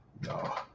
No